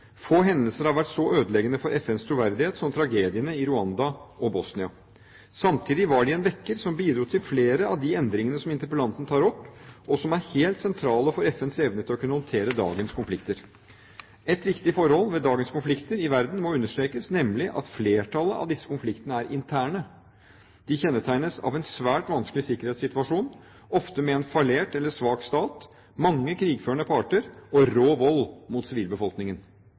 Få hendelser har vært så ødeleggende for FNs troverdighet som tragediene i Rwanda og Bosnia. Samtidig var de en vekker som bidro til flere av de endringene som interpellanten tar opp, og som er helt sentrale for FNs evne til å kunne håndtere dagens konflikter. Et viktig forhold ved dagens konflikter i verden må understrekes, nemlig at flertallet av disse konfliktene er interne. De kjennetegnes av en svært vanskelig sikkerhetssituasjon, ofte med en fallert eller svak stat, mange krigførende parter og rå vold mot sivilbefolkningen.